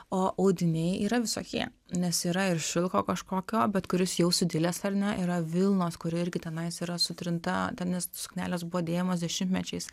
o audiniai yra visokie nes yra ir šilko kažkokio bet kuris jau sudilęs ar ne yra vilnos kuri irgi tenais yra sutrinta ten nes suknelės buvo dėvimos dešimtmečiais